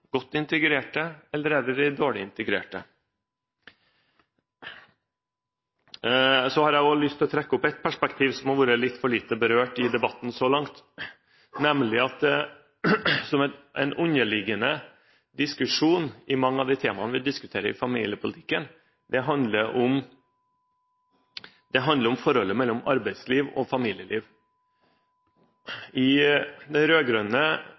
godt integrerte, eller er det de dårlig integrerte? Så har jeg også lyst til å trekke opp et perspektiv som har vært litt for lite berørt i debatten så langt, nemlig at det, som en underliggende diskusjon i mange av de temaene vi diskuterer i familiepolitikken, handler om forholdet mellom arbeidsliv og familieliv. I den